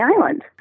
Island